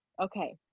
Okay